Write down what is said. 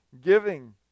giving